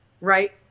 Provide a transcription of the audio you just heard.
right